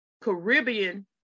Caribbean